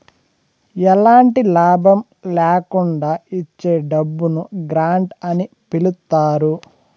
ఎలాంటి లాభం ల్యాకుండా ఇచ్చే డబ్బును గ్రాంట్ అని పిలుత్తారు